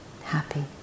happy